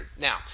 Now